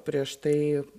prieš tai